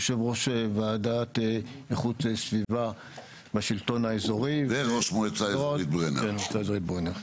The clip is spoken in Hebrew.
יושב ראש ועדת איכות סביבה בשלטון האזורי וראש מועצה אזורית ברנר.